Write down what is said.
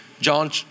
John